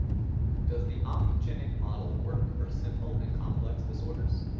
does the omnigenic model work for simple and complex disorders?